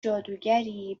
جادوگری